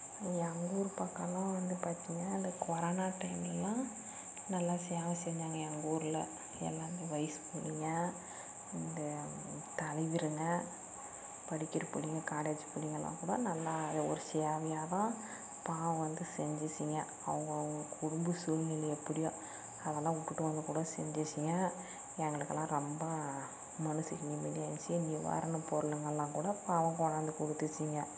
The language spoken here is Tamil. எங்கள் ஊர் பக்கமெல்லாம் வந்து பார்த்தீங்னா அந்த கொரோனா டைம்லெல்லாம் நல்லா சேவை செஞ்சாங்க எங்கள் ஊரில் எல்லாம் இந்த வயது புள்ளைங்க இந்த தலைவருங்க படிக்கிற புள்ளைங்க காலேஜ் புள்ளைங்க எல்லாம் கூட நல்லா அதை ஒரு சேவையாக பாவம் வந்து செஞ்சுச்சுங்க அவங்க அவங்க குடும்ப சூழ்நிலை எப்படியோ அதெல்லாம் விட்டுட்டு வந்து கூட செஞ்சுச்சுங்க எங்களுக்கு எல்லாம் ரொம்ப மனதுக்கு நிம்மதியாக இருந்துச்சு நிவாரண பொருளுங்களெல்லாம் கூட பாவம் கொண்டாந்து கொடுத்துச்சிங்க